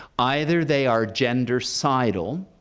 either they are gendercidal,